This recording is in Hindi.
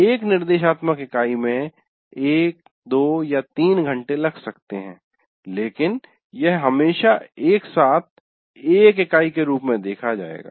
एक निर्देशात्मक इकाई में 1 2 या 3 घंटे लग सकते है लेकिन यह हमेशा एक साथ एक इकाई के रूप में देखा जाएगा